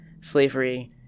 slavery